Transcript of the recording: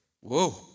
Whoa